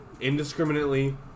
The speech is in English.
indiscriminately